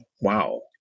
Wow